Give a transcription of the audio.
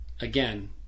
again